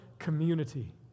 community